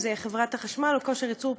אם זה חברת החשמל או כושר ייצור,